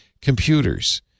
computers